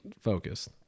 focused